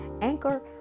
anchor